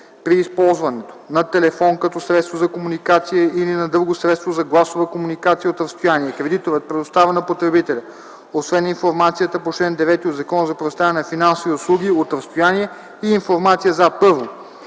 При използването на телефон като средство за комуникация или на друго средство за гласова комуникация от разстояние кредиторът предоставя на потребителя освен информацията по чл. 9 от Закона за предоставяне на финансови услуги от разстояние и информация за: 1.